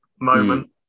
moment